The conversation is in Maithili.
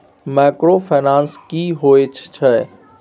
माइक्रोफाइनेंस की होय छै?